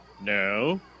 No